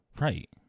Right